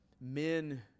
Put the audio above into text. men